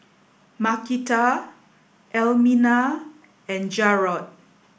Markita Elmina and Jarod